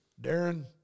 Darren